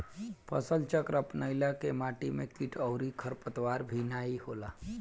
फसलचक्र अपनईला से माटी में किट अउरी खरपतवार भी नाई होला